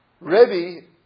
Rebbe